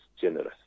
generous